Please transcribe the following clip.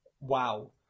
Wow